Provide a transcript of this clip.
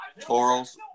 Toro's